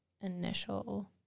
initial